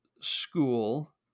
school